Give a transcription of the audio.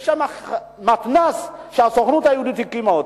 יש שם מתנ"ס, שהסוכנות היהודית הקימה אותו.